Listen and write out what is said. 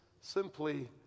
simply